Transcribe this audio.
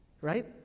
Right